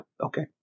okay